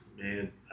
Man